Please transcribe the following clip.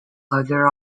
other